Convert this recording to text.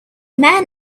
man